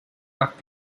left